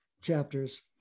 chapters